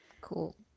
Cool